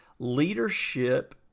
Leadership